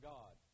God